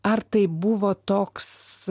ar tai buvo toks